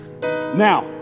Now